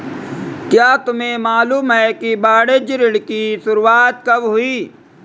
क्या तुम्हें मालूम है कि वाणिज्य ऋण की शुरुआत कब हुई?